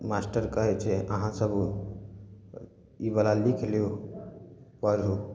master कहै छै आहाँ सब ओ ई बला लीखि लिअ पढ़ू